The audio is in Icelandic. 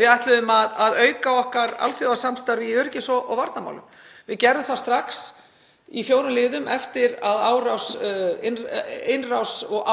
við ætluðum að auka okkar alþjóðasamstarf í öryggis- og varnarmálum. Við gerðum það strax, tillögu í fjórum liðum, eftir að